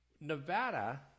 Nevada